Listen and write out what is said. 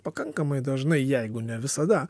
pakankamai dažnai jeigu ne visada